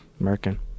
American